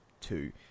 two